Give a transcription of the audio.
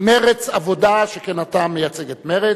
מרצ והעבודה, שכן אתה מייצג את מרצ,